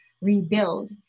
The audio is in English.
rebuild